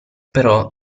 però